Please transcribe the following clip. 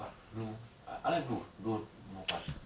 but blue I I like blue blue more fun